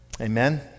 Amen